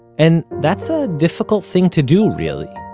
and that's a difficult thing to do, really.